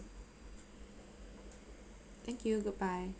thank you goodbye